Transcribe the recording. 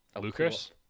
Lucas